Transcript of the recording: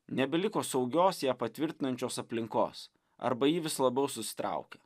nebeliko saugios ją patvirtinančios aplinkos arba ji vis labiau susitraukia